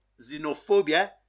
xenophobia